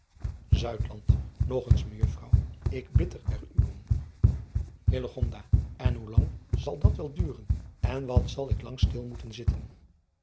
oosjes zn et leven van illegonda uisman n hoe lang zal dat wel duren en wat zal ik lang stil moet zitten